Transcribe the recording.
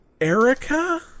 Erica